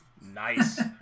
nice